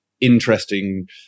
interesting